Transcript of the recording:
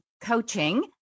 Coaching